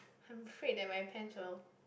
I am afraid with my pants you know